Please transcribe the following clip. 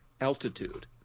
altitude